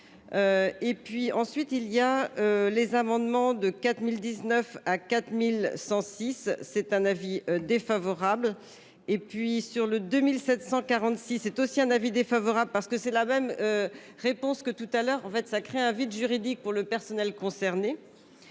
ensuite il y a les amendements de 4019 à 4106. C'est un avis défavorable. Et puis sur le 2746 est aussi un avis défavorable, parce que c'est la même. Réponse que tout à l'heure en fait ça crée un vide juridique pour le personnel concerné.